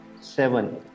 Seven